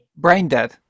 Braindead